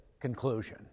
conclusion